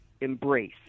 embrace